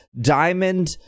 diamond